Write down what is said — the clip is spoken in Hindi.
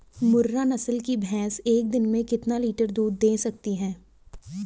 मुर्रा नस्ल की भैंस एक दिन में कितना लीटर दूध दें सकती है?